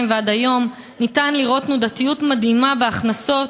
ועד היום ניתן לראות תנודתיות מדהימה בהכנסות,